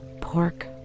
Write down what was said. pork